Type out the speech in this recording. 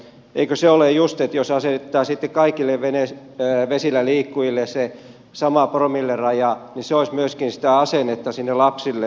eikö se ole just niin että jos asetettaisiin kaikille vesilläliikkujille se sama promilleraja niin se olisi myöskin sitä asennetta lapsille